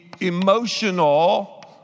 emotional